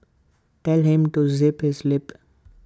tell him to zip his lip